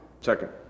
Second